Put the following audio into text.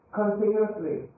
continuously